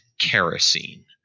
kerosene